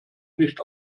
nicht